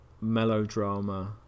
melodrama